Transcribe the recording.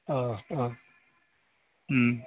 अ अ